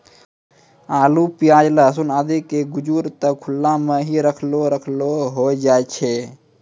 आलू, प्याज, लहसून आदि के गजूर त खुला मॅ हीं रखलो रखलो होय जाय छै